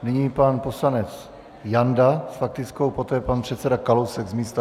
Nyní pan poslanec Janda s faktickou, poté pan předseda Kalousek z místa.